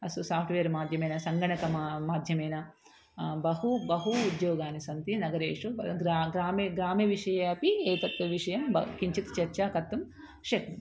अस्तु साफ़्ट्वेर् माध्यमेन सङ्गणक मा माध्यमेन बहु बहु उद्योगानि सन्ति नगरेषु परन्तु ग्रा ग्रामे ग्रामविषये अपि तत् विषयं ब किञ्चित् चर्चा कर्तुं शक्नुमः